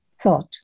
thought